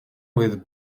with